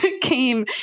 came